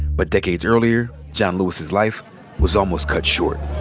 but decades earlier, john lewis's life was almost cut short.